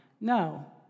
No